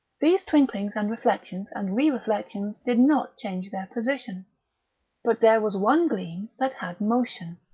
these twinklings and reflections and re-reflections did not change their position but there was one gleam that had motion.